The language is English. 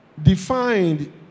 defined